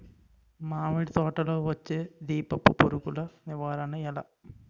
మామిడి తోటలో వచ్చే దీపపు పురుగుల నివారణ ఎలా?